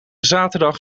zaterdag